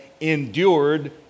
endured